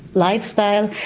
lifestyle.